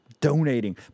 donating